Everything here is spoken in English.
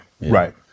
Right